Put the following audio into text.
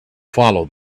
follow